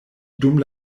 dum